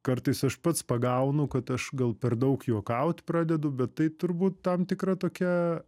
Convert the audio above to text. kartais aš pats pagaunu kad aš gal per daug juokaut pradedu bet tai turbūt tam tikra tokia